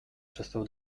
przestał